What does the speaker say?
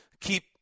Keep